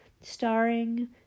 starring